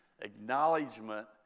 acknowledgement